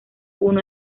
uno